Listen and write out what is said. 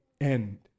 end